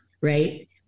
Right